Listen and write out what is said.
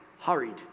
hurried